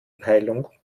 peilung